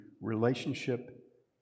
relationship